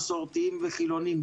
מסורתיים וחילונים,